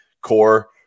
core